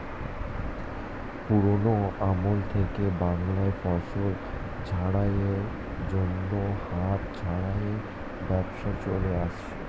পুরোনো আমল থেকেই বাংলায় ফসল ঝাড়াই এর জন্য হাত ঝাড়াই এর ব্যবস্থা চলে আসছে